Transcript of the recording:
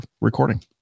recording